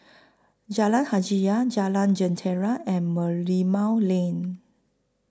Jalan Hajijah Jalan Jentera and Merlimau Lane